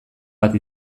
bat